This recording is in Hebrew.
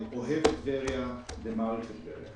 אוהב את טבריה ומעריך את טבריה.